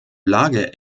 lage